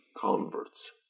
converts